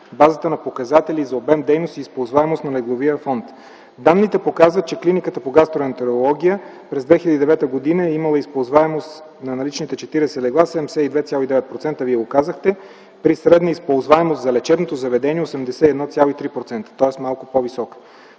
базата на показатели за обем дейности и използваемост на легловия фонд. Данните показват, че Клиниката по гастроентерология през 2009 г. е имала използваемост на наличните 40 легла 72,9% - Вие го казахте, при средна използваемост за лечебното заведение 81,3%, тоест малко по-висока.